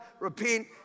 repent